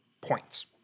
points